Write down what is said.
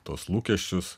tuos lūkesčius